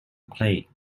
play